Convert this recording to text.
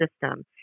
system